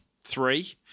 three